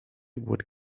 would